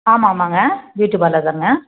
ஆமாம் ஆமாங்க beauty parlour தாங்க